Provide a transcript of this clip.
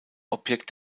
objekt